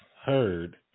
heard